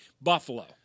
Buffalo